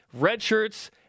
redshirts